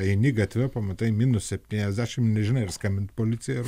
eini gatve pamatai minus septyniasdešim nežinai ar skambint policijai ar